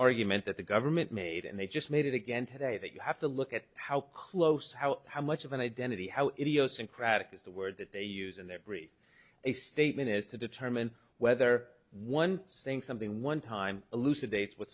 argument that the government made and they just made it again today that you have to look at how close how how much of an identity how idiosyncratic is the word that they use in their brief a statement is to determine whether one saying something one time elucidates w